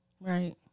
right